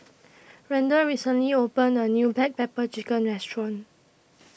Randal recently opened A New Black Pepper Chicken Restaurant